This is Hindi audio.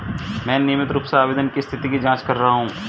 मैं नियमित रूप से आवेदन की स्थिति की जाँच कर रहा हूँ